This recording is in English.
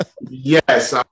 Yes